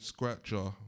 Scratcher